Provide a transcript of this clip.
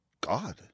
God